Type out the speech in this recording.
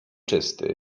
czysty